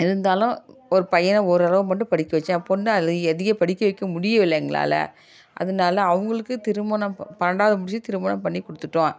இருந்தாலும் ஒரு பையனை ஓரளவு மட்டும் படிக்க வைச்சேன் பெண்ண எதையும் படிக்க வைக்க முடியவில்லை எங்களால் அதனால் அவங்களுக்கு திருமணம் ப பன்னெண்டாவது முடித்து திருமணம் பண்ணிக் கொடுத்துட்டோம்